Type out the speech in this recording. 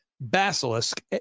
Basilisk